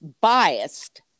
biased